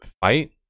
fight